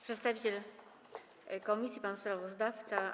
Przedstawiciel komisji, pan sprawozdawca.